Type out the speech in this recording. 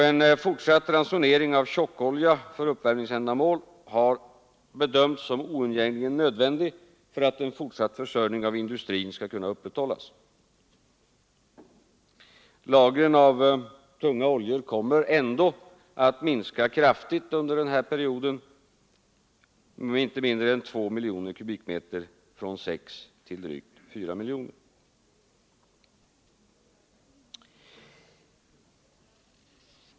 En fortsatt ransonering av tjockolja för uppvärmningsändamål har bedömts som oundgängligen nödvändig för att en fortsatt försörjning av industrin skall kunna upprätthållas. Lagren av tunga oljor kommer ändå att minska kraftigt under perioden, med inte mindre än 2 miljoner m?, från 6 miljoner till drygt 4 miljoner.